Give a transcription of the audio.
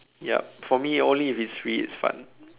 yup for me only if it's free it's fun